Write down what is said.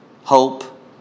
hope